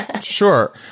Sure